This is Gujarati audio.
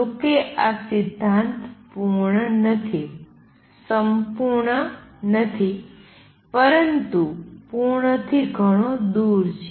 જોકે આ સિદ્ધાંત પૂર્ણ નથી પરંતુ સિદ્ધાંત પૂર્ણથી ઘણો દૂર છે